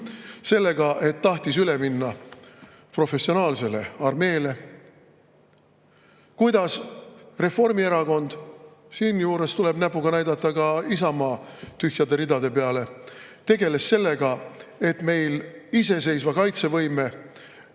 sellega, et tahtis üle minna professionaalsele armeele, kuidas Reformierakond – siinjuures tuleb näpuga näidata ka Isamaa tühjade ridade peale – tegeles sellega, et meil iseseisva kaitsevõime